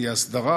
תהיה הסדרה,